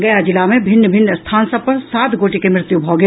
गया जिला मे भिन्न मिन्न स्थान सभ पर सात गोटे के मृत्यु भऽ गेल